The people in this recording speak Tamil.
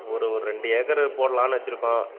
ஒரு ஒரு ரெண்டு ஏக்கரு போடலான்னு வெச்சுருக்கோம்